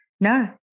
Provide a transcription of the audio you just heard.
No